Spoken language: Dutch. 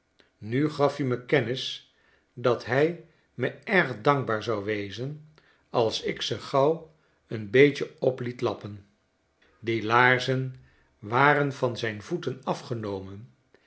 nu gaf i me kennis dat hij me erg dankbaar zou wezen als ikze gauw n beetje op liet lappen die laarzen waren van zijn voeten afgenomen